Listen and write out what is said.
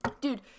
Dude